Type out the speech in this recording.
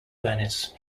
venice